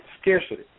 scarcity